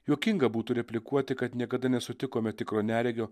juokinga būtų replikuoti kad niekada nesutikome tikro neregio